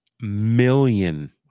million